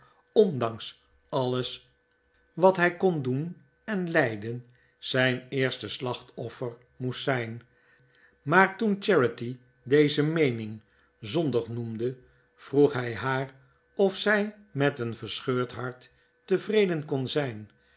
ondanks alles wat hij kon doen en lijden zijn eerste slachtoffer moest zijn maar toen charity deze meening zondig noemde vroeg hij haar of zij met een verscheurd hart tevreden kon zijn